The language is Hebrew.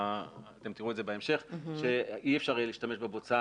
אתם תראו את זה בהמשך, אי אפשר יהיה להשתמש בבוצה